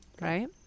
right